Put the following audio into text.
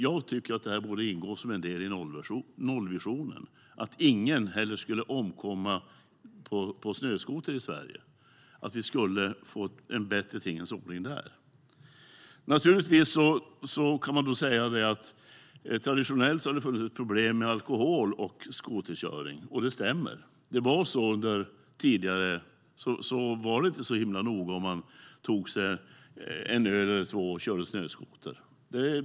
Jag tycker att det borde ingå som en del i nollvisionen att ingen ska omkomma i snöskoterolyckor heller i Sverige. Vi borde få en bättre tingens ordning där. Naturligtvis kan man säga att det traditionellt har funnits problem med alkohol och skoterkörning. Det stämmer. Det var så tidigare. Det var inte så himla noga om man tog en öl eller två och körde snöskoter.